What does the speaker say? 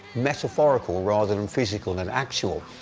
metaphorical, rather than um physical, than actual.